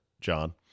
John